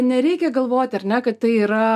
nereikia galvot ar ne kad tai yra